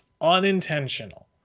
unintentional